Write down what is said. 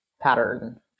pattern